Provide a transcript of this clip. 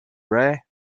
rare